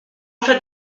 fais